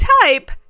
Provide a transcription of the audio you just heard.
type